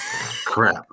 crap